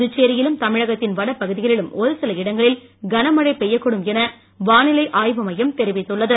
புதுச்சேரியிலும் தமிழகத்தின் வட பகுதிகளிலும் ஒரு சில இடங்களில் கன மழை பெய்யக்கூடும் என வானிலை ஆய்வு மையம் தெரிவித்துள்ளது